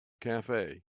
cafe